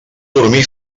dormir